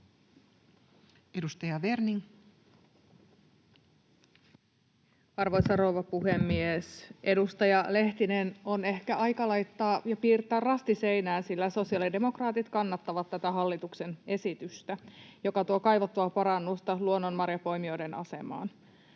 Edustaja Werning. Arvoisa rouva puhemies! Edustaja Lehtinen, on ehkä aika piirtää rasti seinään, sillä sosiaalidemokraatit kannattavat tätä hallituksen esitystä, [Mira Nieminen: Hienoa!] joka tuo kaivattua parannusta luonnonmarjanpoimijoiden asemaan.